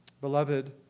Beloved